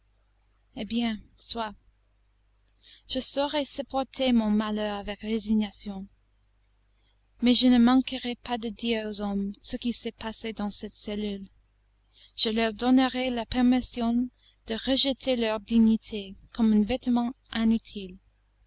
eh bien soit je saurai supporter mon malheur avec résignation mais je ne manquerai pas de dire aux hommes ce qui s'est passé dans cette cellule je leur donnerai la permission de rejeter leur dignité comme un vêtement inutile